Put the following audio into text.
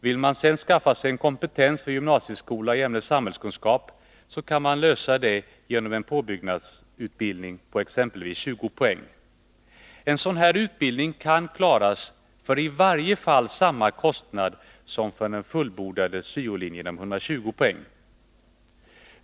Vill man sedan skaffa sig en kompetens för gymnasieskolan i ämnet samhällskunskap kan det lösas genom en påbyggnadsutbildning på exempelvis 20 poäng. En sådan här utbildning kan klaras för i varje fall samma kostnad som för den fullbordade syo-linjen med 120 poäng.